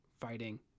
fighting